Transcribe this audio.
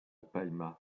palma